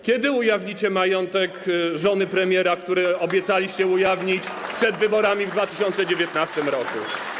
Kiedy ujawnicie majątek żony premiera, który obiecaliście ujawnić przed wyborami w 2019 r.